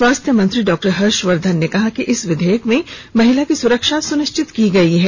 स्वास्थ्य मंत्री डॉक्टर हर्षवर्धन ने कहा कि इस विधेयक में महिला की सुरक्षा सुनिश्चित की गई है